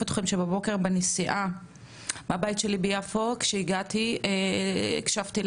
אתכם שבבוקר בנסיעה מהבית שלי ביפו כשהגעתי הקשבתי